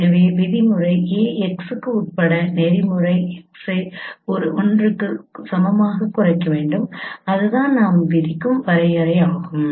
எனவே விதிமுறை AX க்கு உட்பட்ட நெறிமுறை X ஐ 1 க்கு சமமாக குறைக்க வேண்டும் அதுதான் நாம் விதிக்கும் வரையறையாகும்